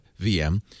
VM